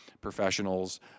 professionals